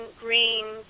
green